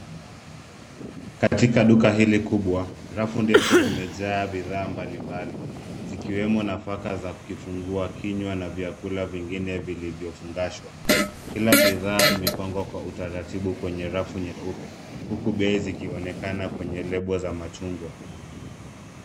Katika duka hili kubwa, rafu ndefu zimejaa bidhaa mbalimbali zikiwemo nafaka za kifungua kinywa na vyakula vingine vilivyofungashwa. Kila bidhaa imepangwa kwa utaratibu kwenye rafu nyeupe huku bei zikionekana kwenye lebo za machungwa.